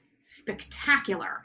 spectacular